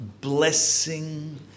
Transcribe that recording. blessing